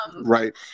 Right